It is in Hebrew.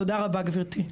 תודה רבה, גבירתי.